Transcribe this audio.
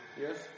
Yes